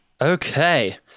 Okay